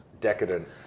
decadent